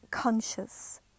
conscious